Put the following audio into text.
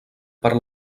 per